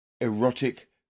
erotic